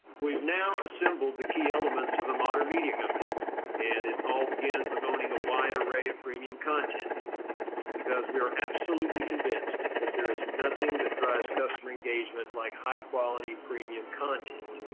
we've now assembled the key elements of a modern media company and it all begins with owning a wide array of premium content because we are absolutely convinced that there is nothing that drives customer engagement like high quality premium content.